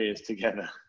together